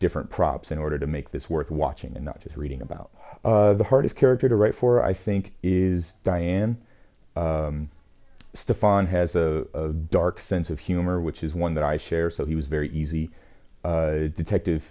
different props in order to make this worth watching and not just reading about the hardest character to write for i think is diane stefan has a dark sense of humor which is one that i share so he was very easy detective